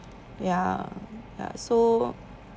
ya ya so